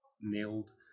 nailed